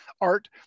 art